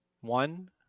One